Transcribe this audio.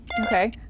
Okay